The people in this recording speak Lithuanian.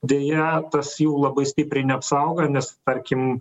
deja tas jų labai stipriai neapsaugo nes tarkim